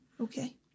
Okay